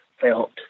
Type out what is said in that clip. felt